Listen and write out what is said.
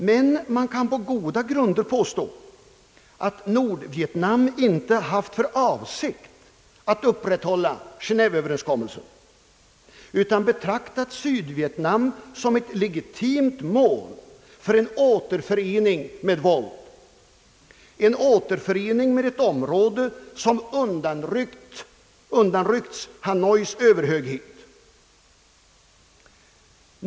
Men man kan på goda grunder påstå att Nordvietnam inte haft för avsikt att upprätthålla Genéveöverenskommelsen utan betraktat Sydvietnam som ett legitimt mål för en återförening med våld, en återförening av ett område som undanryckts Hanois överhöghet.